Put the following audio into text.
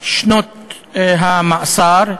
שנות המאסר,